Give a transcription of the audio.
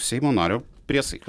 seimo nario priesaiką